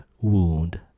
wound